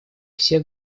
все